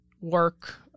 work